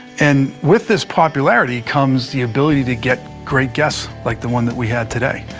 and with this popularity comes the ability to get great guests like the one that we had today.